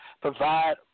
provide